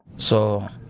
so,